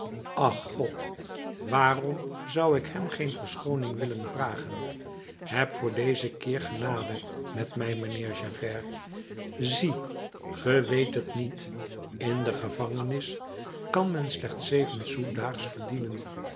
ach god waarom zou ik hem geen verschooning willen vragen heb voor deze keer genade met mij mijnheer javert zie ge weet het niet in de gevangenis kan men slechts zeven sous daags verdienen